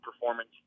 performance